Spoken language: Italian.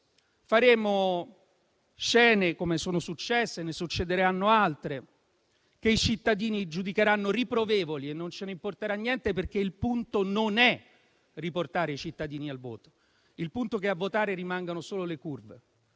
come quelle che sono successe e ne succederanno altre, che i cittadini giudicheranno riprovevoli e non ce ne importerà niente, perché il punto non è riportare i cittadini al voto. Il punto è che a votare rimangano solo le curve